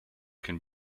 can